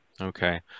okay